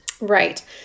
Right